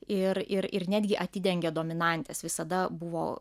ir ir ir netgi atidengia dominantes visada buvo